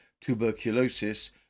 tuberculosis